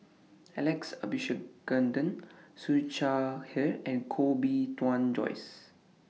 Alex Abisheganaden Siew Shaw Her and Koh Bee Tuan Joyce